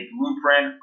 blueprint